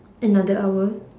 another hour